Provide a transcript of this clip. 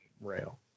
rail